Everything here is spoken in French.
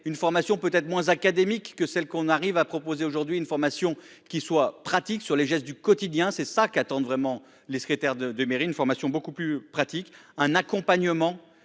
une formation peut-être moins académique que celle qu'on arrive à proposer aujourd'hui une formation qui soit pratique sur les gestes du quotidien, c'est ça qu'attendent vraiment les secrétaires de mairie une formation beaucoup plus pratique, un accompagnement